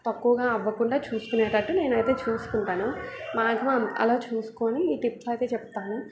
తక్కువగా అవ్వకుండా చూసుకునేటట్టు నేనైతే చూసుకుంటాను మ్యాగ్జిమం అలా చూసుకొని ఈ టిప్స్ అయితే చెప్తాను